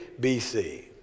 BC